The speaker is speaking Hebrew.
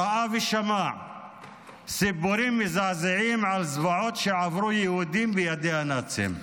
ראה ושמע סיפורים מזעזעים על זוועות שעברו יהודים בידי הנאצים.